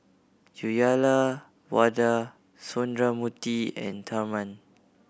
Uyyalawada Sundramoorthy and Tharman